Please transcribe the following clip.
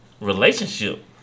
relationship